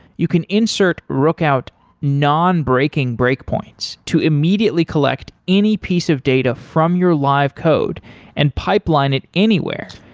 you can insert rookout non-breaking breakpoints to immediately collect any piece of data from your live code and pipeline it anywhere.